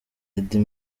eddie